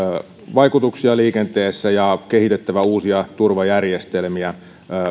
vaikutuksia liikenteessä ja on kehitettävä uusia turvajärjestelmiä